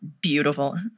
beautiful